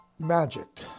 Magic